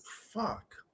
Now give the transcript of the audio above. fuck